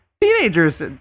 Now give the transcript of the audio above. teenagers